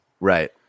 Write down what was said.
Right